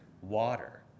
water